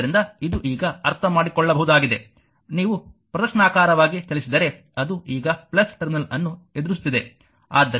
ಆದ್ದರಿಂದ ಇದು ಈಗ ಅರ್ಥಮಾಡಿಕೊಳ್ಳಬಹುದಾಗಿದೆ ನೀವು ಪ್ರದಕ್ಷಿಣಾಕಾರವಾಗಿ ಚಲಿಸಿದರೆ ಅದು ಈಗ ಟರ್ಮಿನಲ್ ಅನ್ನು ಎದುರಿಸುತ್ತಿದೆ